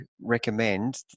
recommend